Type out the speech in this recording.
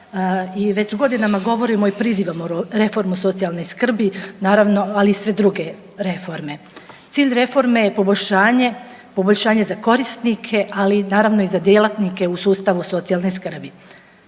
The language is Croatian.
već godinama govorimo i prizivamo reformu socijalne skrbi, naravno ali i sve druge reforme. Cilj reforme je poboljšanje, poboljšanje za korisnike, ali naravno i za djelatnike u sustavu socijalne skrbi.